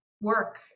work